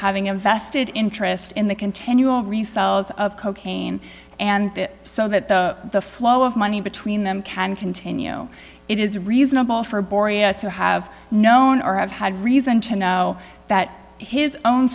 having a vested interest in the continual resells of cocaine and so that the flow of money between them can continue it is reasonable for boria to have known or have had reason to know that his own